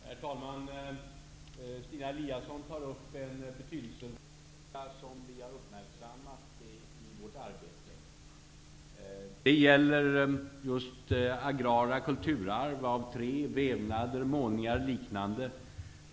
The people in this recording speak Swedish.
Herr talman! Stina Eliasson tar upp en betydelsefull fråga, som vi har uppmärksammat i vårt arbete. Det gäller just vårt agrara kulturarv, såsom föremål av trä, vävnader, målningar och liknande.